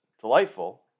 delightful